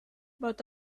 but